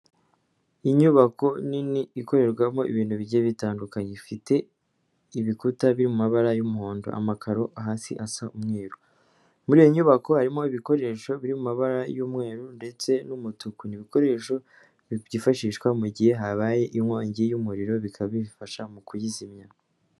Inyubako nini ikorerwamo ibintu bigiye bitandukanye. Ifite ibikuta biri mu mabara y'umuhondo, amakaro hasi asa umweru. Muri iyo nyubako harimo ibikoresho biri mu mabara y'umweru ndetse n'umutuku, n'ibikoresho byifashishwa mu gihe habaye inkongi y'umuriro, bikaba bifasha mu kuyizimya.